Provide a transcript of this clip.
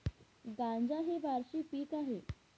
गांजा हे वार्षिक पीक आहे